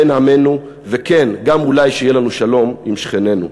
בתוך עמנו, וכן, גם אולי כשיהיה שלום עם שכנינו.